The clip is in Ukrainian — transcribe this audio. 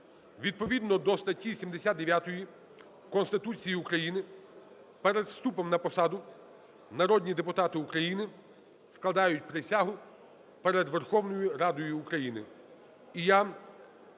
Відповідно до статті 79 Конституції України перед вступом на посаду народні депутати України складають присягу перед Верховною Радою України.